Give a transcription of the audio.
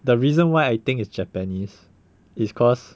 the reason why I think it's japanese is cause